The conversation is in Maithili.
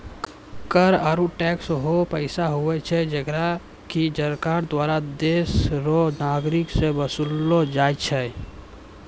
कर आरू टैक्स हौ पैसा हुवै छै जेकरा की सरकार दुआरा देस रो नागरिक सं बसूल लो जाय छै